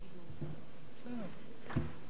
אדוני היושב-ראש, חברי הכנסת,